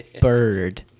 bird